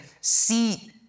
see